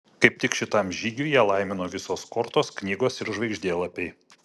kaip tik šitam žygiui ją laimino visos kortos knygos ir žvaigždėlapiai